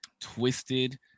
twisted